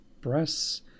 breasts